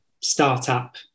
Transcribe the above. startup